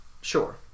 Sure